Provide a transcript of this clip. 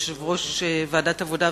יושב-ראש ועדת העבודה,